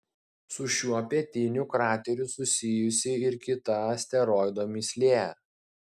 su šiuo pietiniu krateriu susijusi ir kita asteroido mįslė